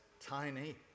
tiny